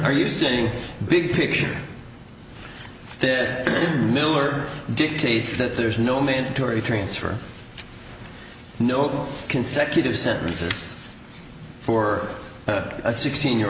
are you sitting big picture fish miller dictates that there's no mandatory transfer no consecutive sentences for a sixteen year